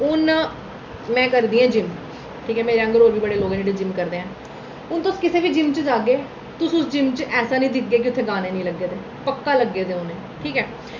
हून में में करदी आं जिम्म ठीक ऐ मेरे आंह्गर होर बी बड़े लोक न जेह्ड़े जिम्म करदे न हून तुस कुसै बी जिम्म च जाह्गे ते तुस जिम्म च ऐसा निं दिखगे कि उत्थै गाने निं लग्गे दे पक्का लग्गे दे होने ठीक ऐ